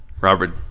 Robert